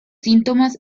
síntomas